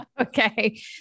okay